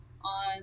on